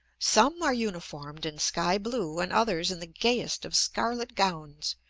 some are uniformed in sky blue, and others in the gayest of scarlet gowns,